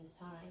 time